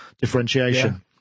differentiation